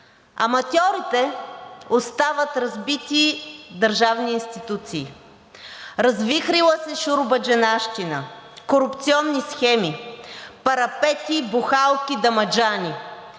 Аматьорите оставят разбити държавни институции, развихрила се шуробаджанащина, корупционни схеми, парапети, бухалки, дамаджани,